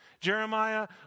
Jeremiah